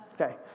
Okay